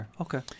okay